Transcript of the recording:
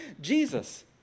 Jesus